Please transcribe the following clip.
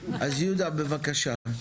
יהודה, בבקשה.